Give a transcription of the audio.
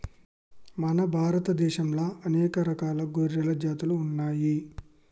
మన భారత దేశంలా అనేక రకాల గొర్రెల జాతులు ఉన్నయ్యి